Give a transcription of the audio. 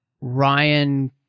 Ryan